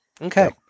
Okay